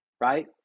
right